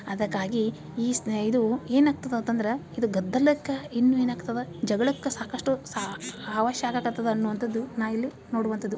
ಅದಕ್ಕಾಗಿ ಈಸ್ ಇದು ಏನಾಗ್ತದೆ ಅಂತಂದ್ರೆ ಇದು ಗದ್ದಲಕ್ಕೆ ಇನ್ನೂ ಏನು ಆಗ್ತದೆ ಜಗಳಕ್ಕೆ ಸಾಕಷ್ಟು ಅವಶ್ಯ ಆಗಕತ್ತದೆ ಅನ್ನುವಂಥದ್ದು ನಾ ಇಲ್ಲಿ ನೋಡುವಂಥದ್ದು